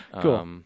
Cool